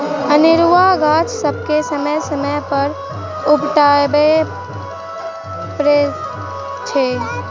अनेरूआ गाछ सभके समय समय पर उपटाबय पड़ैत छै